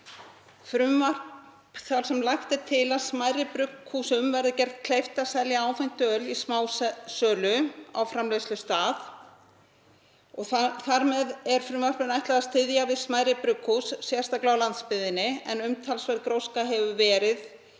þar sem lagt er til að smærri brugghúsum verði gert kleift að selja áfengt öl í smásölu á framleiðslustað. Þar með er frumvarpinu ætlað að styðja við smærri brugghús, sérstaklega á landsbyggðinni, en umtalsverð gróska hefur verið